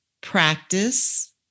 practice